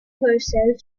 herself